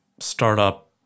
startup